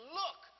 look